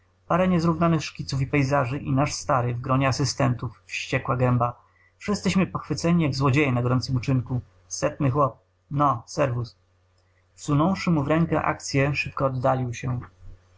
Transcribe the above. parę niezrównanych szkiców i pejzaży i nasz stary w gronie asystentów wściekła gęba wszyscyśmy pochwyceni jak złodzieje na gorącym uczynku setny chłop no servus wsunąwszy mu w rękę akcyę szybko oddalił się